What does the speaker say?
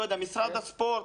משרד הספורט,